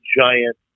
giant